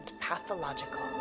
pathological